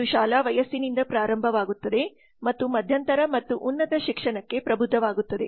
ಇದು ಶಾಲಾ ವಯಸ್ಸಿನಿಂದ ಪ್ರಾರಂಭವಾಗುತ್ತದೆ ಮತ್ತು ಮಧ್ಯಂತರ ಮತ್ತು ಉನ್ನತ ಶಿಕ್ಷಣಕ್ಕೆ ಪ್ರಬುದ್ಧವಾಗುತ್ತದೆ